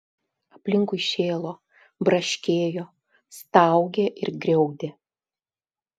aplinkui šėlo braškėjo staugė ir griaudė